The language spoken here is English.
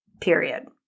Period